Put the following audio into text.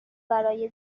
برای